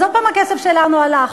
אז עוד פעם הכסף שלנו הלך.